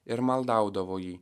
ir maldaudavo jį